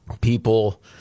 people